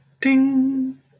Ding